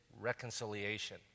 reconciliation